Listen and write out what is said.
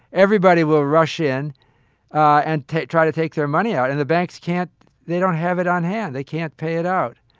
everybody will rush in and try to take their money out. and the banks can't they don't have it on hand. they can't pay it out.